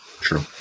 true